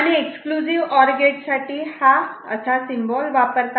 आणि exclusive or gate साठी हा ⊕ असा सिम्बॉल वापरतात